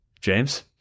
James